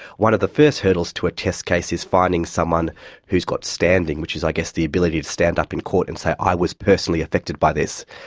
one of the first hurdles to a test case is finding someone who's got standing, which is i guess the ability to stand up in court and say, i was personally affected by this.